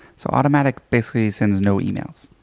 so automattic basically sends no emails.